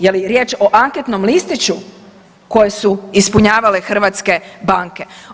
Je li riječ o anketnom listiću koje su ispunjavale hrvatske banke?